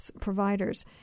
providers